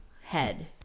head